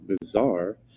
bizarre